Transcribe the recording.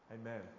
Amen